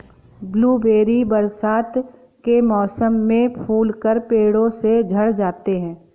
blueberry बरसात के मौसम में फूलकर पेड़ों से झड़ जाते हैं